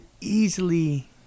easily